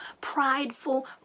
prideful